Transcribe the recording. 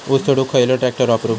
ऊस तोडुक खयलो ट्रॅक्टर वापरू?